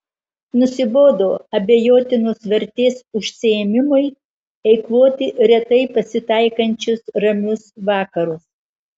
nusibodo abejotinos vertės užsiėmimui eikvoti retai pasitaikančius ramius vakarus